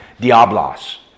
diablos